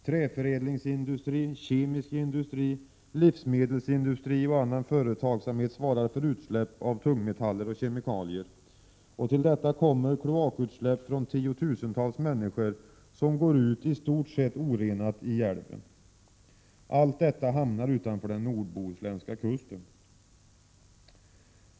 Träförädlingsindustri, kemisk industri, livsmedelsindustri och annan företagsamhet svarar för utsläpp av tungmetaller och kemikalier. Till detta kommer att kloakutsläpp från tiotusentals människor går i stort sett orenat ut i älven. Allt detta hamnar utanför den nordbohuslänska kusten.